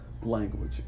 language